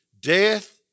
Death